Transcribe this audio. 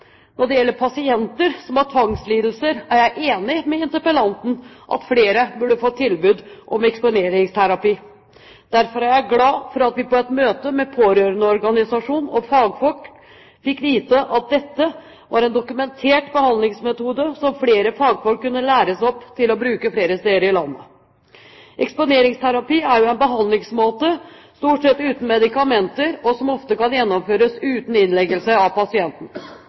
Når det gjelder pasienter som har tvangslidelser, er jeg enig med interpellanten i at flere burde fått tilbud om eksponeringsterapi. Derfor er jeg glad for at vi på et møte med pårørendeorganisasjon og fagfolk fikk vite at dette var en dokumentert behandlingsmetode som fagfolk flere steder i landet kunne læres opp til å bruke. Eksponeringsterapi er en behandlingsmåte, stort sett uten medikamenter, som ofte kan gjennomføres uten innleggelse av pasienten.